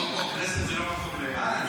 לא פה, הכנסת זה לא מקום לוויכוחים פוליטיים.